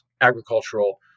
agricultural